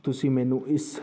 ਤੁਸੀਂ ਮੈਨੂੰ ਇਸ